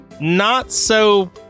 not-so-